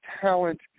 talent